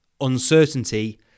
uncertainty